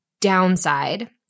downside